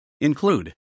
include